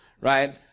right